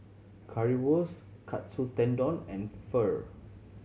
Currywurst Katsu Tendon and Pho